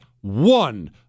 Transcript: one